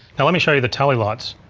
now let me show you the tally lights.